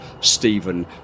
stephen